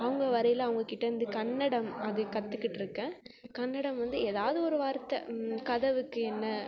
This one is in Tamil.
அவங்க வரையில் அவங்க கிட்டயிருந்து கன்னடம் அது கற்றுக்கிட்டுருக்கேன் கன்னடம் வந்து ஏதாவது ஒரு வார்த்தை கதவுக்கு என்ன